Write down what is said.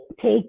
take